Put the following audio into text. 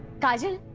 kajal?